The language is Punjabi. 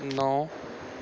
ਨੌ